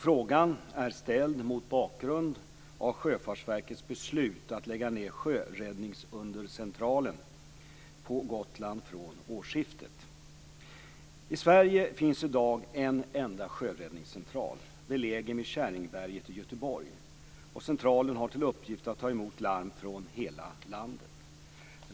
Frågan är ställd mot bakgrund av Sjöfartsverkets beslut att lägga ned sjöräddningsundercentralen på Gotland från årsskiftet. I Sverige finns i dag en enda sjöräddningscentral, belägen vid Käringberget i Göteborg. Centralen har till uppgift att ta emot larm från hela landet.